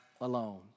alone